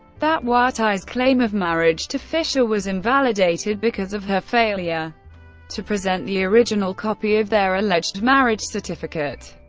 that watai's claim of marriage to fischer was invalidated, because of her failure to present the original copy of their alleged marriage certificate.